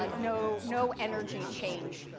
ah no no energy change.